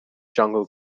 jungle